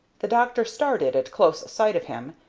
the doctor started at close sight of him,